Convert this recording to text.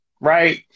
right